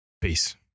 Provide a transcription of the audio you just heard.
Peace